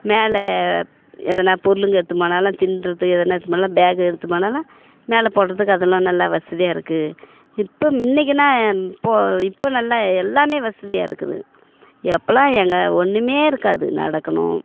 மேலே எதனா பொருளுங்க எடுத்துன் போனாலும் தின்றது எதுனா எடுத்துனு போனாலும் பேக்கு எடுத்து போனாலும் மேலே போடுறதுக்கு அதெல்லாம் நல்லா வசதியாக இருக்குது இப்போ முன்னைக்குனா இப்போ இப்போ நல்லா எல்லாமே வசதியாக இருக்குது எப்போலாம் எங்கள் ஒன்றுமே இருக்காது நடக்கணும்